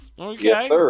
Okay